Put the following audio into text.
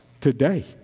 today